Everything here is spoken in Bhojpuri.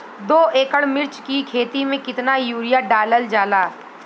दो एकड़ मिर्च की खेती में कितना यूरिया डालल जाला?